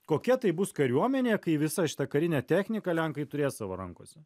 kokia tai bus kariuomenė kai visą šitą karinę techniką lenkai turės savo rankose